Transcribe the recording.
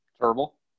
Terrible